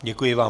Děkuji vám.